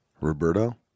Roberto